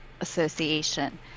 association